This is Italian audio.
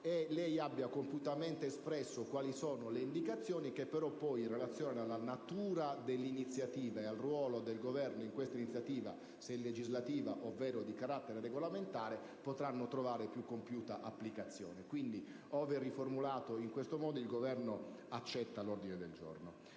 e lei ha compiutamente espresso, quali sono le indicazioni, le quali però, in relazione alla natura delle iniziative e al ruolo del Governo in questa iniziativa, se legislativa ovvero di carattere regolamentare, potranno trovare più compiuta applicazione. Se riformulato in questo modo, il Governo accetta anche l'ordine del giorno